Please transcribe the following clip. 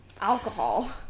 alcohol